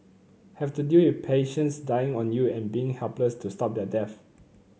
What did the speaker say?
have to deal with patients dying on you and being helpless to stop their deaths